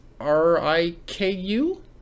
R-I-K-U